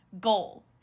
goal